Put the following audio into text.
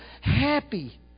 happy